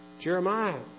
Jeremiah